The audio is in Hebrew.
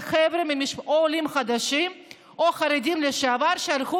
או עולים חדשים או חרדים לשעבר שהלכו